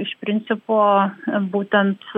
iš principo būtent